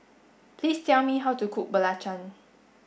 please tell me how to cook Belacan